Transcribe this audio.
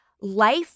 life